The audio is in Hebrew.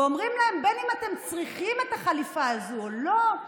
ואומרים להם: בין אם אתם צריכים את החליפה הזו או לא,